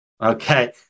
Okay